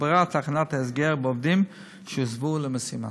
תוגברה תחנת ההסגר בעובדים שהוסבו למשימה.